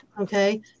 Okay